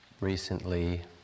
recently